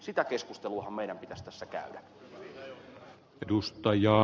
sitä keskusteluahan meidän pitäisi tässä käydä